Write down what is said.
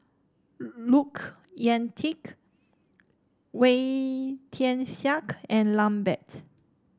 Look Yan Kit Wee Tian Siak and Lambert